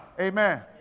Amen